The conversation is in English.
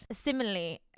similarly